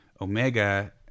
Omega